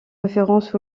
référence